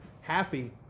happy